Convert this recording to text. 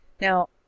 Now